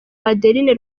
adeline